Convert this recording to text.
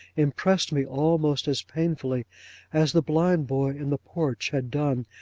impressed me almost as painfully as the blind boy in the porch had done,